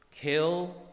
Kill